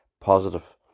Positive